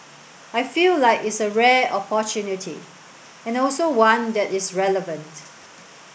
I feel like it's a rare opportunity and also one that is relevant